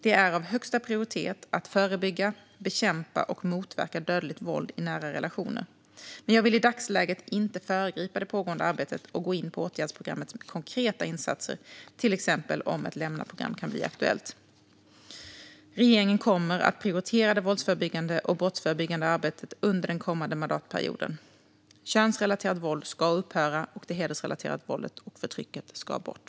Det är av högsta prioritet att förebygga, bekämpa och motverka dödligt våld i nära relationer. Men jag vill i dagsläget inte föregripa det pågående arbetet och gå in på åtgärdsprogrammets konkreta insatser, till exempel om ett lämnaprogram kan bli aktuellt. Regeringen kommer att prioritera det våldsförebyggande och brottsförebyggande arbetet under den kommande mandatperioden. Könsrelaterat våld ska upphöra, och det hedersrelaterade våldet och förtrycket ska bort.